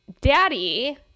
Daddy